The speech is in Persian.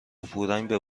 پورنگ